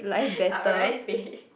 alright